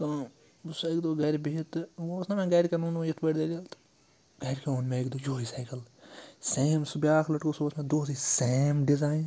بہٕ چھُس اَکہِ دۄہ گرِ بِہِتھ تہٕ وۄنۍ اوس نہ مےٚ گَرِکین ووٚنمُت یِتھ پٲٹھۍ دٔلیٖل تہٕ گَرِکیو اوٚن مےٚ اکہِ دۄہ یہوٚے سایکٕل سیم سُہ بیٛاکھ لٔڑکہٕ سُہ اوس مے دوسٕے سیم ڈِزایِن